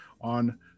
on